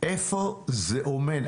איפה זה עומד?